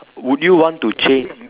would you want to change